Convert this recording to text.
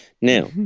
Now